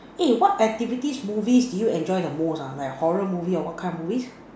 eh what activities movies do you enjoy the most like horror movie or what kind of movies